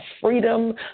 freedom